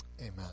Amen